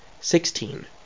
Sixteen